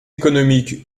économique